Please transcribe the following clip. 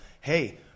hey